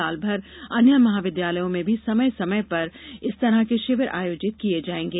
सालभर अन्य महाविद्यालयों में भी समय समय पर इस तरह के शिविर आयोजित किये जायेंगे